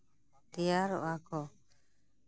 ᱛᱮᱭᱟᱨᱚᱜᱼᱟ ᱠᱚ